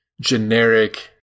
generic